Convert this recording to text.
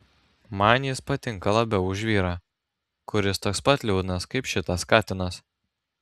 man jis patinka labiau už vyrą kuris toks pat liūdnas kaip šitas katinas